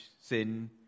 sin